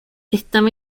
estaba